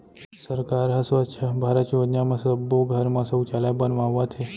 सरकार ह स्वच्छ भारत योजना म सब्बो घर म सउचालय बनवावत हे